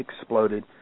exploded